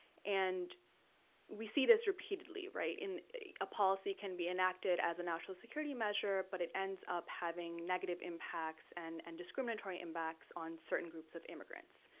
and we see this repeatedly, right? a a policy can be enacted as a national security measure, but it ends up having negative impacts and and discriminatory impacts on certain groups of immigrants.